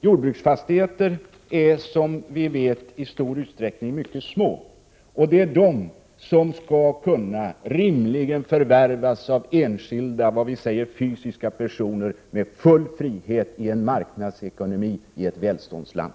Jordbruksfastigheter är, som vi vet, i stor utsträckning mycket små, och det är dessa som rimligen skall kunna förvärvas av enskilda — fysiska personer — med full frihet i en marknadsekonomi i ett välståndsland.